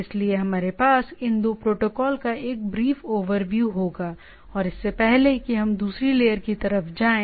इसलिए हमारे पास इन 2 प्रोटोकॉल का एक ब्रीफ ओवरव्यू होगा और इससे पहले कि हम दूसरी लेयर की तरफ जाएं